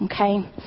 Okay